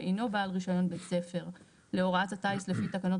ואינו בעל רישיון בית ספר להוראת הטיס לפי תקנות